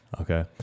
Okay